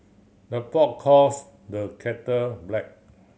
the pot calls the kettle black